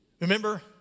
Remember